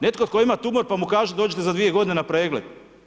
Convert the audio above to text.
Netko tko ima tumor, pa mu kažu dođite za 2 godine na pregled.